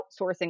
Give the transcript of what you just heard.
outsourcing